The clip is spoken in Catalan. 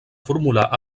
formular